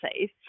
safe